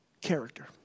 character